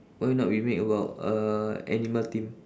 why not we make about uh animal theme